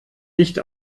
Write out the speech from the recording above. nicht